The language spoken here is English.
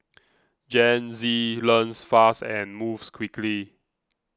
Gen Z learns fast and moves quickly